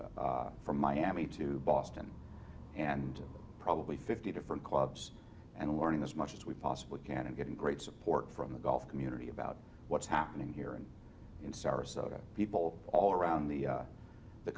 from miami to boston and probably fifty different clubs and learning as much as we possibly can and getting great support from the golf community about what's happening here and in sarasota people all around the